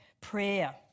prayer